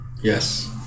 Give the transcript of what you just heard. Yes